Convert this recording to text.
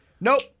nope